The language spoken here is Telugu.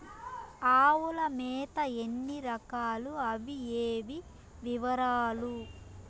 ఆవుల మేత ఎన్ని రకాలు? అవి ఏవి? వివరాలు?